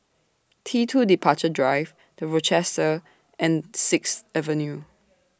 T two Departure Drive The Rochester and Sixth Avenue